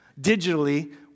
digitally